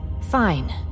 Fine